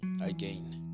again